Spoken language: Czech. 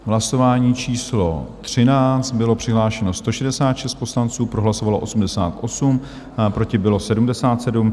Hlasování číslo 13, bylo přihlášeno 166 poslanců, pro hlasovalo 88, proti bylo 77.